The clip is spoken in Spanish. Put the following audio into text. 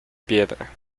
piedra